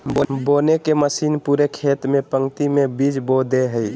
बोने के मशीन पूरे खेत में पंक्ति में बीज बो दे हइ